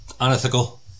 unethical